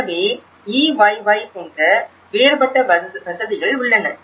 எனவே EYY போன்ற வேறுபட்ட வசதிகள் உள்ளன